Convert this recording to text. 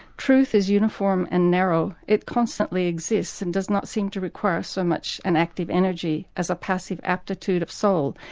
truth is uniform and narrow it constantly exists and does not seem to require so much an active energy as a passive aptitude of soul,